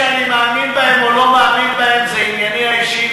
דברים שאני מאמין בהם או לא מאמין בהם זה ענייני האישי,